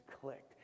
clicked